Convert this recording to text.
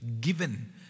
given